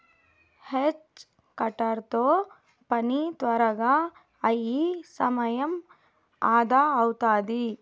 hedge cutter తో పని త్వరగా అయి సమయం అదా అవుతాది